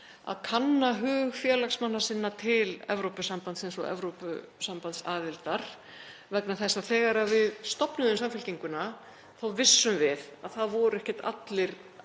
að kanna hug félagsmanna sinna til Evrópusambandsins og Evrópusambandsaðildar vegna þess að þegar við stofnuðum Samfylkinguna þá vissum við að það voru ekkert allir